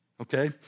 Okay